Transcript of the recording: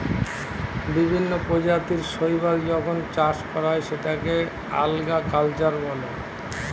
বিভিন্ন প্রজাতির শৈবাল যখন চাষ করা হয় সেটাকে আল্গা কালচার বলে